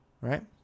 right